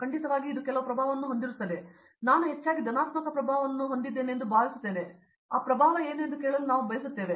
ಖಂಡಿತವಾಗಿ ಇದು ಕೆಲವು ಪ್ರಭಾವವನ್ನು ಹೊಂದಿರುತ್ತದೆ ನಾನು ಹೆಚ್ಚಾಗಿ ಧನಾತ್ಮಕ ಪ್ರಭಾವವನ್ನು ಹೊಂದಿದ್ದೇನೆ ಎಂದು ಭಾವಿಸುತ್ತೇವೆ ಆದರೆ ಹೌದು ಆದರೆ ಆ ಪ್ರಭಾವ ಏನು ಎಂದು ಕೇಳಲು ನಾವು ಬಯಸುತ್ತೇವೆ